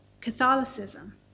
Catholicism